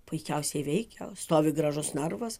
puikiausiai veikia stovi gražus narvas